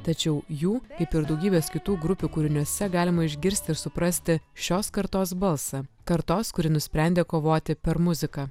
tačiau jų kaip ir daugybės kitų grupių kūriniuose galima išgirsti ir suprasti šios kartos balsą kartos kuri nusprendė kovoti per muziką